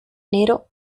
nero